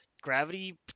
Gravity